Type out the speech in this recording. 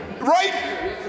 right